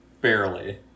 Barely